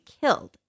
killed